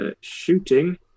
Shooting